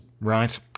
right